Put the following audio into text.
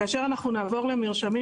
כאשר אנחנו נעבור למרשמים,